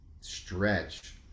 stretch